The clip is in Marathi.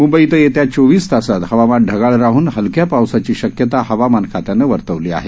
म्बईतही येत्या चोवीस तासात हवामान ढगाळ राहन हलक्या पावसाची शक्यता हवामान खात्यानं वर्तवली आहे